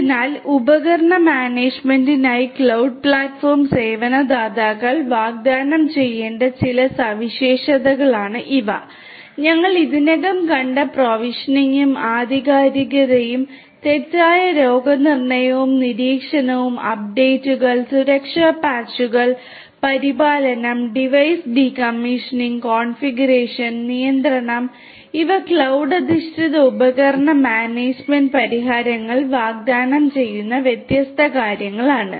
അതിനാൽ ഉപകരണ മാനേജുമെന്റിനായി ക്ലൌഡ് പ്ലാറ്റ്ഫോം സേവന ദാതാക്കൾ വാഗ്ദാനം ചെയ്യേണ്ട ചില സവിശേഷതകളാണ് ഇവ ഞങ്ങൾ ഇതിനകം കണ്ട പ്രൊവിഷനിംഗും നിയന്ത്രണം ഇവ ക്ലൌഡ് അധിഷ്ഠിത ഉപകരണ മാനേജ്മെന്റ് പരിഹാരങ്ങൾ വാഗ്ദാനം ചെയ്യുന്ന വ്യത്യസ്ത കാര്യങ്ങളാണ്